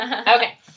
Okay